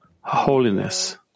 holiness